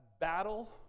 battle